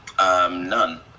None